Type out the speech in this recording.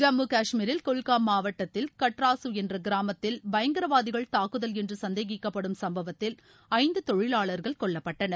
ஜம்மு கஷ்மீரில் குல்காம் மாவட்டத்தில் கட்ராசு என்ற கிராமத்தில் பயங்கரவாதிகள் தாக்குதல் என்ற சந்தேகிக்கப்படும் சம்பவத்தில் ஐந்து தொழிவாளர்கள் கொல்வப்பட்டனர்